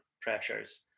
pressures